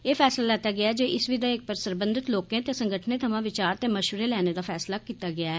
एह फैसला लैता गेआ ऐ इस विधेयक पर सरबंधत लोकें ते संगठनें थमां विचार ते मशवरे लैने दा फैसला लैता गेआ ऐ